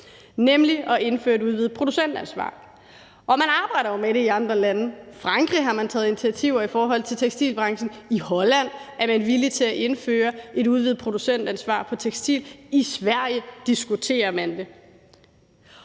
nemlig at indføre et udvidet producentansvar. Og man arbejder jo med det i andre lande – i Frankrig har man taget initiativer i forhold til tekstilbranchen, i Holland er man villig til at indføre et udvidet producentansvar for tekstil, i Sverige diskuterer man det.